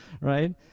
right